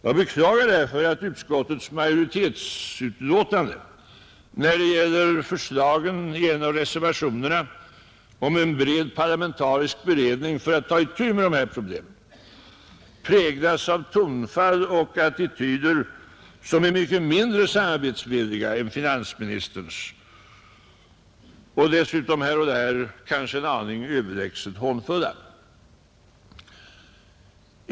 Jag beklagar därför att utskottets majoritetsbetänkande när det gäller förslaget om en bred parlamentarisk beredning för att ta itu med dessa problem präglas av tonfall och attityder som är mycket mindre samarbetsvilliga än finansministerns och dessutom här och där kanske en aning överlägset hånfulla.